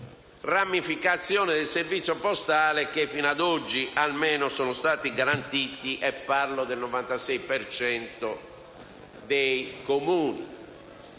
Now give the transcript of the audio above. di ramificazione del servizio postale che fino ad oggi almeno sono stati garantiti (parlo del 96 per cento